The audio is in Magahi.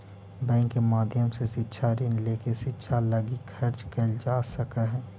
बैंक के माध्यम से शिक्षा ऋण लेके शिक्षा लगी खर्च कैल जा सकऽ हई